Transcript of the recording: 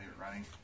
running